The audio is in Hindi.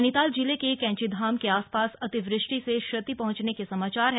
नैनीताल जिले के कैंचीधाम के आसपास अतिवृष्टि से क्षति पहंचने के समाचार हैं